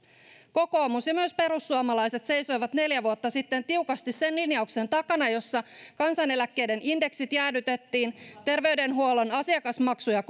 kokoomus ja myös perussuomalaiset seisoivat neljä vuotta sitten tiukasti sen linjauksen takana jossa kansaneläkkeiden indeksit jäädytettiin ja terveydenhuollon asiakasmaksuja